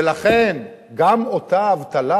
ולכן, גם אותה אבטלה